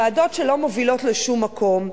ועדות שלא מובילות לשום מקום.